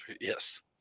yes